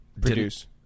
Produce